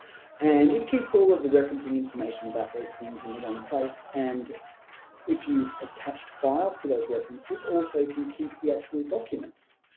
and it keeps all of the referencing information about those things in the one place and if you've attached files to those references also can keep the actual documents